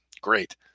great